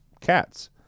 cats